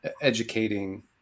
educating